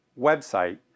website